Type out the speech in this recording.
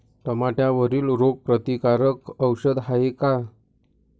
टमाट्यावरील रोग प्रतीकारक औषध हाये का?